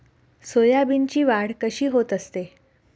सोयाबीनची वाढ कशी होत असते?